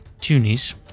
Tunis